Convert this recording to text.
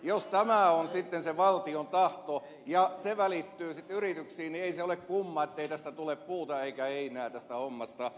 jos tämä on sitten se valtion tahto ja se välittyy yrityksiin niin ei se ole kumma ettei tule puuta eikä heinää tästä hommasta